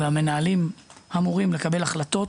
והמנהלים אמורים לקבל החלטות,